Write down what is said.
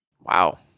Wow